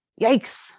Yikes